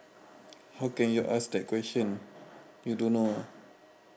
how can you ask that question you don't know ah